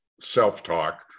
self-talk